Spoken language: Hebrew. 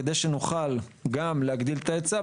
כדי שנוכל גם להגדיל את ההיצע,